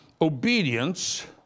obedience